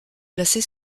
placée